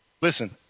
Listen